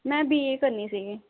ਮੈਂ B A ਕਰਨੀ ਸੀਗੀ